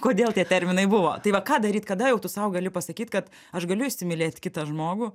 kodėl tie terminai buvo tai va ką daryt kada jau tu sau gali pasakyt kad aš galiu įsimylėt kitą žmogų